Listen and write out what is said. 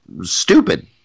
stupid